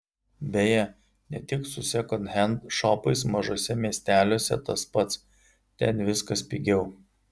beje ne tik su sekondhend šopais mažuose miesteliuose tas pats ten viskas pigiau